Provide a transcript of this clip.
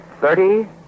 Thirty